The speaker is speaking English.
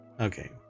Okay